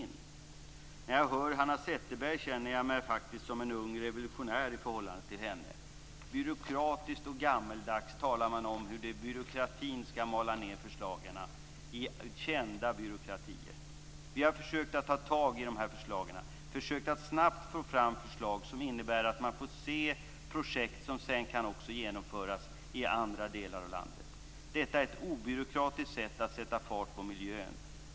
När jag hör Hanna Zetterberg känner jag mig faktiskt som en ung revolutionär i förhållande till henne. Byråkratiskt och gammaldags talar man om hur kända byråkratier skall mala ned förslagen. Vi har försökt att snabbt få fram förslag till projekt som kan genomföras i andra delar av landet. Detta är ett obyråkratiskt sätt att sätta fart på miljön.